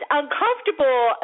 uncomfortable